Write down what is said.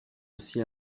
aussi